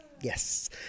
Yes